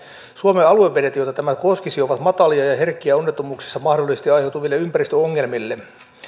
suomen aluevedet joita tämä koskisi ovat matalia ja herkkiä onnettomuuksissa mahdollisesti aiheutuville ympäristöongelmille